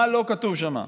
מה לא כתוב שם?